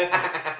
ah